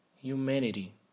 Humanity